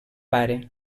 pare